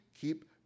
keep